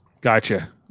Gotcha